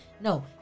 No